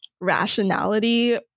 rationality